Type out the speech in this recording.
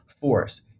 force